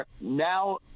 now